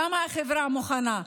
גם החברה מוכנה,